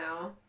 now